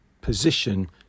position